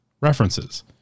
references